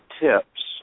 tips